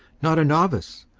not a novice,